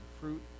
fruit